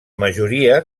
majoria